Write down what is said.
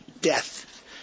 death